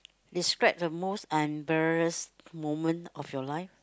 describe the most embarrassed moment of your life